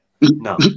No